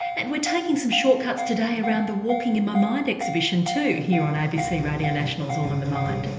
and we're taking some shortcuts today around the walking in my mind exhibition too, here on abc radio national's all in the mind.